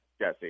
Jesse